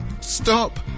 stop